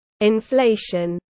inflation